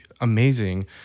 amazing